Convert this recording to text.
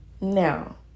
Now